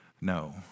No